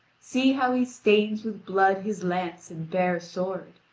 see how he stains with blood his lance and bare sword,